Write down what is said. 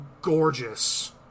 gorgeous